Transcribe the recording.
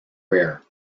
rare